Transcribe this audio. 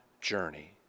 journey